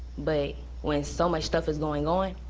but when so much stuff is going on,